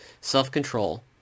self-control